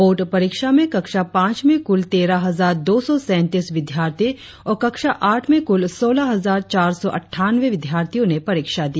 board परीक्षा में कक्षा पाँच में कुल तेरह हजार दो सौ सैंतीस विद्यार्थी और कक्षा आठ में कुल सौलह हजार चार सौ अटठानवे विद्यार्थियो ने परीक्षा दिया